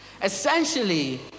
Essentially